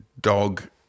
Dog